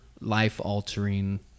life-altering